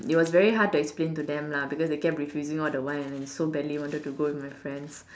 it was very hard to explain to them lah because they kept refusing all the while and I so badly wanted to go with my friends